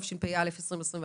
התשפ"א-2021,